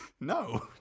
No